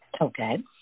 Okay